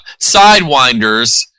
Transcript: sidewinders